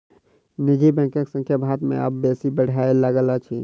निजी बैंकक संख्या भारत मे आब बेसी बढ़य लागल अछि